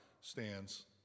stands